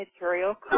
material